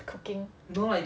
cooking